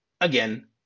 again